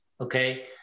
Okay